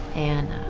and